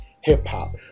hip-hop